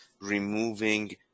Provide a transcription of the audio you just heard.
removing